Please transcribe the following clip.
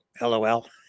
LOL